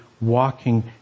walking